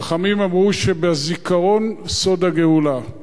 חכמים אמרו שבזיכרון סוד הגאולה.